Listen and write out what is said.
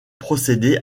procédé